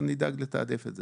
אבל נדאג לתעדף את זה.